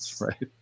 right